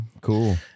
Cool